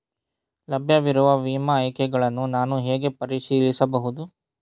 ಲಭ್ಯವಿರುವ ವಿಮಾ ಆಯ್ಕೆಗಳನ್ನು ನಾನು ಹೇಗೆ ಪರಿಶೀಲಿಸಬಹುದು?